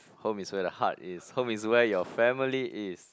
home is where the heart is home is where your family is